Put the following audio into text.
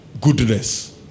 goodness